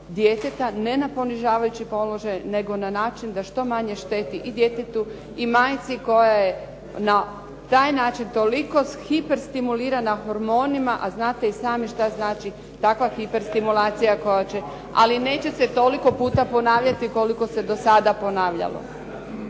djeteta ne na ponižavajuće položaje, nego na način da što manje šteti i djetetu i majci koja je na taj način toliko hiperstimulirana hormonima, a znate i sami što znači takva hiperstimulacija koja će. Ali neće se toliko puta ponavljati koliko se do sada ponavljalo.